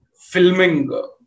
filming